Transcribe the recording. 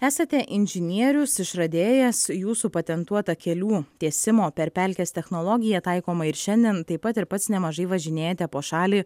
esate inžinierius išradėjas jūsų patentuota kelių tiesimo per pelkes technologija taikoma ir šiandien taip pat ir pats nemažai važinėjate po šalį